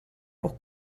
auch